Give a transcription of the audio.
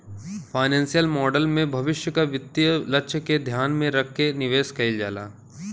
financial model में भविष्य क वित्तीय लक्ष्य के ध्यान में रखके निवेश कइल जाला